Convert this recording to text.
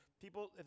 people